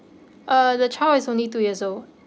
uh the child is only two years old